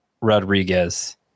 Rodriguez